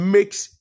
Makes